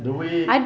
the way